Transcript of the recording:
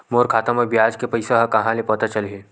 मोर खाता म ब्याज के पईसा ह कहां ले पता चलही?